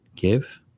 Give